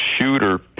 shooter